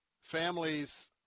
families